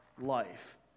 life